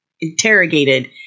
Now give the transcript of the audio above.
interrogated